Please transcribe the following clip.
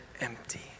empty